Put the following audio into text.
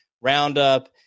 roundup